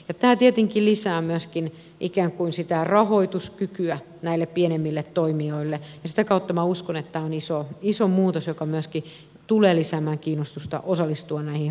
tämä tietenkin lisää myöskin ikään kuin rahoituskykyä pienemmille toimijoille ja sitä kautta minä uskon että tämä on iso muutos joka myöskin tulee lisäämään kiinnostusta osallistua näihin hankkeisiin